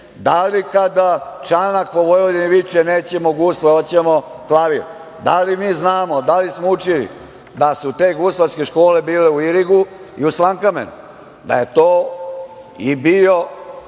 li kada Čanak o Vojvodini viče – nećemo gusle, hoćemo klavir, da li mi znamo, da li smo učili da su te guslarske škole bile u Irigu i u Slankamenu? Da je to i bio